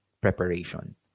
preparation